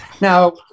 Now